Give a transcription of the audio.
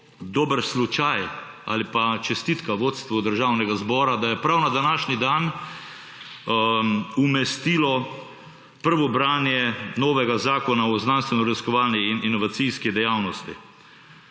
dober slučaj ali pa čestitka vodstvu Državnega zbora, da je prav na današnji dan umestilo prvo branje novega zakona o znanstvenoraziskovalni in inovacijski dejavnosti.